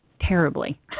terribly